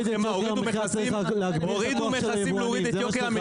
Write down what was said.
הורידו מכסים כדי להוריד את יוקר המחיה